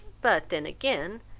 but then again,